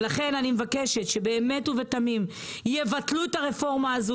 אני מבקשת שיבטלו את הרפורמה הזאת.